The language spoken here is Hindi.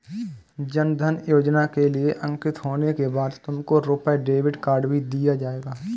जन धन योजना के लिए अंकित होने के बाद तुमको रुपे डेबिट कार्ड भी दिया जाएगा